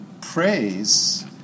praise